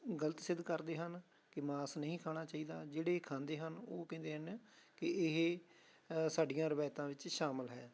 ਗਲਤ ਸਿੱਧ ਕਰਦੇ ਹਨ ਕਿ ਮਾਸ ਨਹੀਂ ਖਾਣਾ ਚਾਹੀਦਾ ਜਿਹੜੇ ਖਾਂਦੇ ਹਨ ਉਹ ਕਹਿੰਦੇ ਹਨ ਕਿ ਇਹ ਸਾਡੀਆਂ ਰਵਾਇਤਾਂ ਵਿੱਚ ਸ਼ਾਮਿਲ ਹੈ